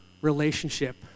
relationship